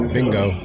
Bingo